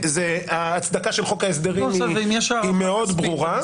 ההצדקה של חוק ההסדרים היא מאוד ברורה.